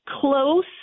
Close